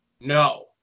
no